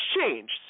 changed